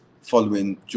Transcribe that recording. following